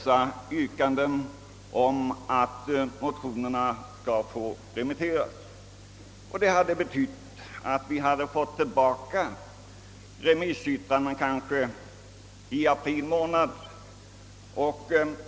Om vi hade uppskjutit ärendet till vårriksdagen, hade vi sannolikt inte kunnat få in alla remissyttranden förrän under april månad.